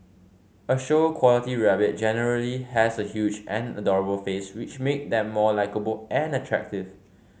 a show quality rabbit generally has a huge and adorable face which make them more likeable and attractive